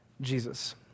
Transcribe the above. Jesus